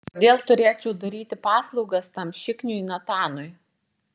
kodėl turėčiau daryti paslaugas tam šikniui natanui